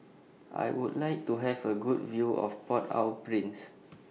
I Would like to Have A Good View of Port Au Prince